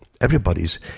Everybody's